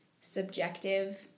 subjective